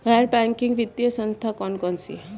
गैर बैंकिंग वित्तीय संस्था कौन कौन सी हैं?